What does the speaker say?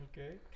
Okay